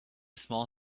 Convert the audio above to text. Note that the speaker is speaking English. small